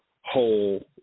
whole